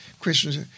questions